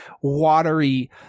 watery